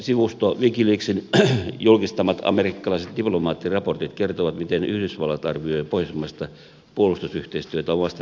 tietovuotosivusto wikileaksin julkistamat amerikkalaiset diplomaattiraportit kertovat miten yhdysvallat arvioi pohjoismaista puolustusyhteistyötä omasta näkökulmastaan